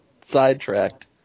sidetracked